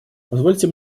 позвольте